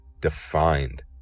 defined